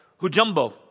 hujumbo